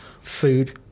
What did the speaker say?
food